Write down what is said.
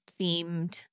themed